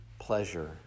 pleasure